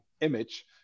image